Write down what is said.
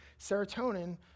Serotonin